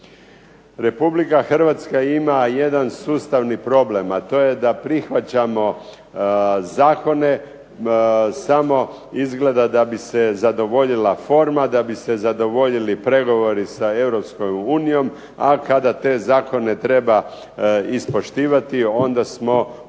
Republike Hrvatska ima jedan sustavni problem, a to je da prihvaćamo zakone samo izgleda da bi se zadovoljila forma, da bi se zadovoljili pregovori sa Europskom unijom. A kada te zakone treba ispoštivati onda smo u većim